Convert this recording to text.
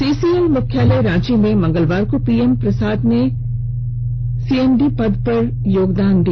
CCL मुख्यालय रांची में मंगलवार को पीएम प्रसाद ने सीएमडी पद पर योगदान दिया